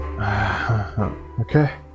Okay